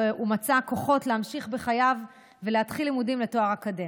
מצא כוחות להמשיך בחייו ולהתחיל לימודים לתואר אקדמי.